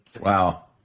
Wow